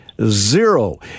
Zero